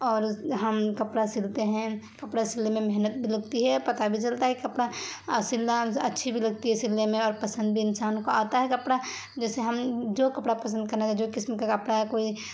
اور ہم کپڑا سلتے ہیں کپڑا سلنے میں محنت بھی لگتی ہے پتا بھی چلتا ہے کپڑا سلنا اچھی بھی لگتی ہے سلنے میں اور پسند بھی انسان کو آتا ہے کپڑا جیسے ہم جو کپڑا پسند کرنا جو قسم کا کپڑا ہے کوئی